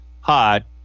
hot